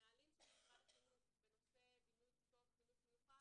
הנהלים של משרד החינוך בנושא בינוי כיתות חינוך מיוחד